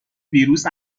ویروس